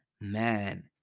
man